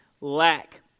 lack